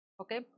Okay